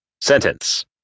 Sentence